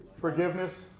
forgiveness